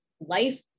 life